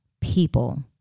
people